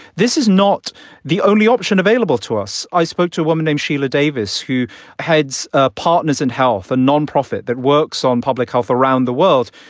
this is not the only option available to us. i spoke to a woman named sheila davis, who heads ah partners in health, a nonprofit that works on public health around the world.